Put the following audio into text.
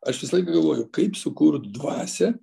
aš visą laiką galvoju kaip sukurt dvasią